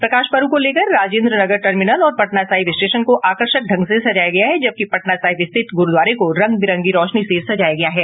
प्रकाश पर्व को लेकर राजेंद्र नगर टर्मिनल और पटना साहिब स्टेशन को आकर्षक ढंग से सजाया गया है जबकि पटना साहिब स्थित गुरूद्वारे को रंग बिरंगी रौशनी से सजाया गया है